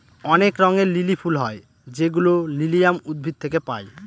অনেক রঙের লিলি ফুল হয় যেগুলো লিলিয়াম উদ্ভিদ থেকে পায়